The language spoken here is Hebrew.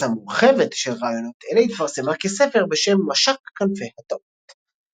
גרסה מורחבת של ראיונות אלה התפרסמה כספר בשם "משק כנפי הטעות".